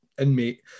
inmate